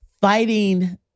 fighting